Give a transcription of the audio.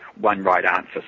one-right-answer